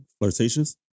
Flirtatious